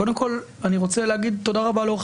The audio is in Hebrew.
קודם כול אני רוצה להגיד תודה רבה לעורך